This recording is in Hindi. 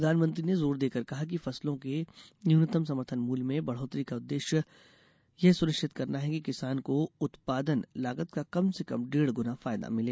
प्रधानमंत्री ने जोर देकर कहा कि फसलों के न्यूनतम समर्थन मूल्य में बढ़ोतरी का उद्देश्य यह सुनिश्चित करना है कि किसानों को उत्पादन लागत का कम से कम डेढ़ गुना फायदा मिले